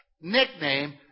nickname